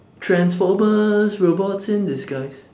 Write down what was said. transformers robots in disguise